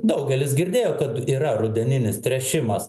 daugelis girdėjo kad yra rudeninis tręšimas